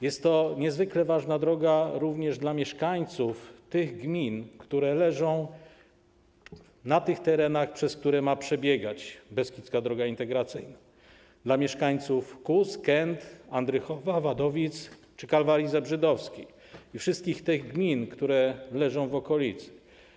Jest to droga niezwykle ważna również dla mieszkańców gmin, które leżą na terenach, przez które ma przebiegać Beskidzka Droga Integracyjna, dla mieszkańców Kóz, Kęt, Andrychowa, Wadowic czy Kalwarii Zebrzydowskiej, i wszystkich tych gmin, które leżą w okolicy.